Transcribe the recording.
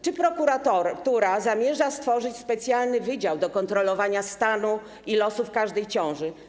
Czy prokuratura zamierza stworzyć specjalny wydział do kontrolowania stanu i losów każdej ciąży?